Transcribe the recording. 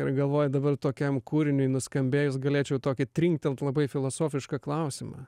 ir galvoju dabar tokiam kūriniui nuskambėjus galėčiau tokį trinktelt labai filosofišką klausimą